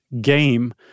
game